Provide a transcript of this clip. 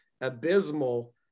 abysmal